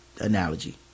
analogy